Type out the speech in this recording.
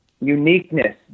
uniqueness